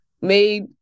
made